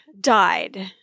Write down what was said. died